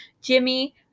Jimmy